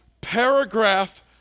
paragraph